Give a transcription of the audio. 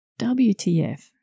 WTF